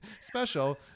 special